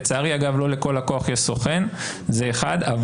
לצערי אגב לא לכל לקוח יש סוכן, זה דבר אחד.